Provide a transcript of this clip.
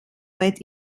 wet